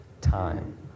time